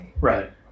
Right